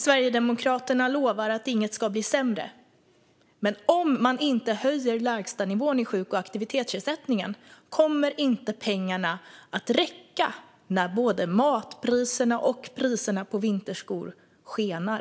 Sverigedemokraterna lovar att inget ska bli sämre, men om man inte höjer lägstanivån i sjuk och aktivitetsersättningen kommer pengarna inte att räcka när både matpriserna och priserna på vinterskor skenar.